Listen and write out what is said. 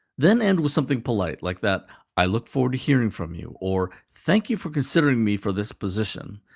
then end with something polite, like that i look forward to hearing from you or thank you for considering me for this position.